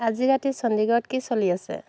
আজি ৰাতি চণ্ডীগড়ত কি চলি আছে